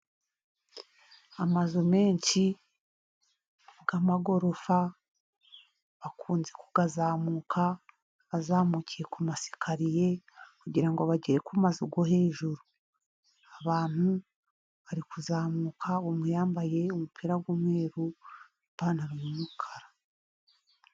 Amazu menshi y'amagorofa akunze kukazamuka azamukiye ku masikaririye kugira ngo bagere ku mazu yo hejuru, abantu bari kuzamuka umwe yambaye umupira w'umweru undi ipantaro yumukara.